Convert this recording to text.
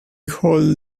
hold